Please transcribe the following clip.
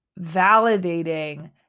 validating